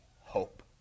hope